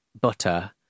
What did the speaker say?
butter